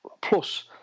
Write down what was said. plus